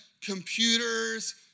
computers